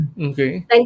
okay